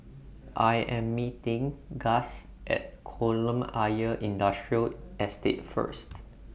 I Am meeting Gus At Kolam Ayer Industrial Estate First